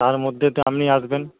তার মধ্যে আপনি আসবেন